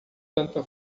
tanta